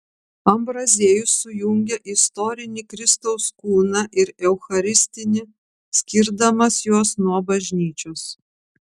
ambraziejus sujungia istorinį kristaus kūną ir eucharistinį skirdamas juos nuo bažnyčios